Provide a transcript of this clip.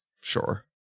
sure